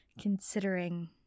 considering